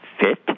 fit